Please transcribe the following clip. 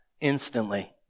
instantly